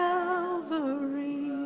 Calvary